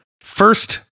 first